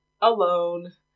alone